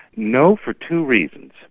no, for two reasons.